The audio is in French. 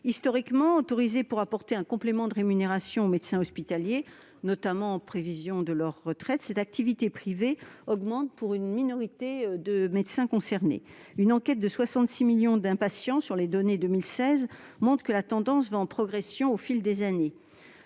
Historiquement autorisée pour apporter un complément de rémunération aux médecins, notamment en prévision de leur retraite, cette activité privée augmente pour une minorité de médecins concernés. Une enquête du magazine a montré une tendance en progression au fil des années.